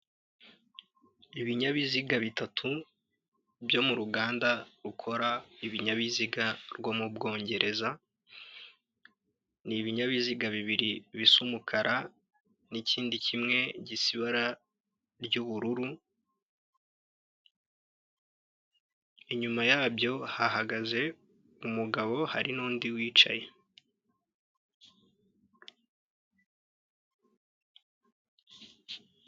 Ibinyabiziga bitatu byo mu ruganda rukora ibinyabiziga rwo mu Bwongereza, ni ibinyabiziga bibiri bisa umukara n'ikindi kimwe gisa ibara ry'ubururu, inyuma yabyo hahagaze umugabo hari n'undi wicaye.